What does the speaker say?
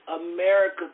America